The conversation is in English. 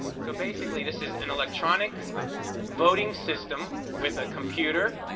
so basically, this is an electronic voting system with a computer,